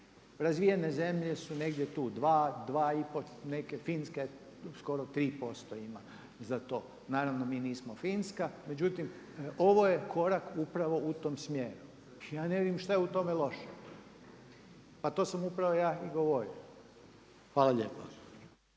Razvijene zemlje su negdje tu 2, 2,5, neke Finska skoro 3% ima za to. Naravno mi nismo Finska, međutim ovo je korak upravo u tom smjeru. Ja ne vidim što je u tome loše, pa to sam upravo i ja govorio. Hvala lijepa.